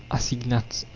assignats,